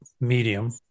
medium